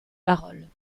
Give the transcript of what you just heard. paroles